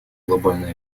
глобальной